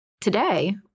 Today